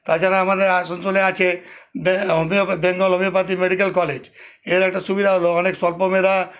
তাছাড়া আমাদের আসানসোলে আছে বেঙ্গল হোমিওপ্যাথি মেডিকেল কলেজ এর একটা সুবিধা হল অনেক স্বল্প মেধা